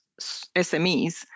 SMEs